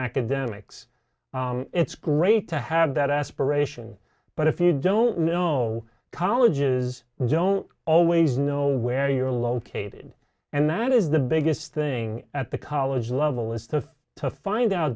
academics it's great to have that aspiration but if you don't know colleges don't always know where you're located and that is the biggest thing at the college level is to to find out